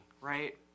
right